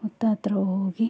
ಹುತ್ತ ಹತ್ರ ಹೋಗಿ